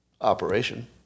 Operation